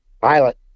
Pilot